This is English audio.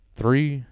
three